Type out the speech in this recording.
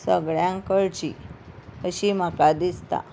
सगळ्यांक कळची अशी म्हाका दिसता